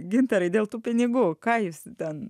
gintarai dėl tų pinigų ką jūs ten